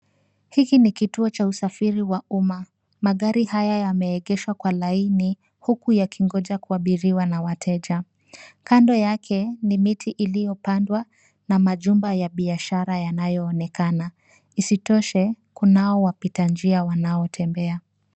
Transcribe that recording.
Hiki ni kituo cha usafiri wa umma. Magari haya yameegeshwa kwa laini huku yakingoja kuabiriwa na wateja. Kando yake ni miti iliyopandwa na majumba ya biashara yanayoonekana. Isitoshe, kuna hao wapita njia wanaotembea.